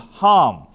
harm